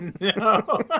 no